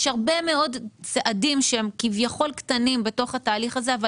יש הרבה מאוד צעדים שהם כביכול קטנים בתוך התהליך הזה אבל